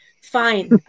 fine